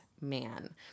man